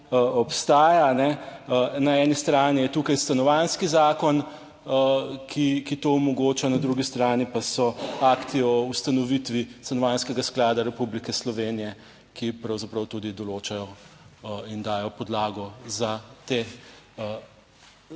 na eni strani je tukaj stanovanjski zakon, ki to omogoča, na drugi strani pa so akti o ustanovitvi Stanovanjskega sklada Republike Slovenije, ki pravzaprav tudi določajo in dajejo podlago za to